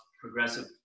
progressive